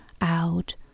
out